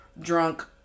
drunk